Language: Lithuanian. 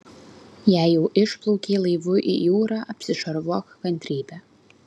jei jau išplaukei laivu į jūrą apsišarvuok kantrybe